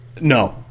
No